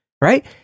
right